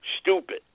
Stupid